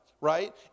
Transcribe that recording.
right